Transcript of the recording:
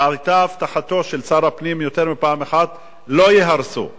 היתה הבטחתו של שר הפנים יותר מפעם אחת: לא ייהרסו.